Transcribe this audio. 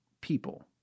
people